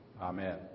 amen